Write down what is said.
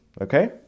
okay